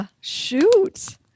shoot